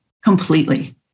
completely